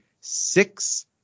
six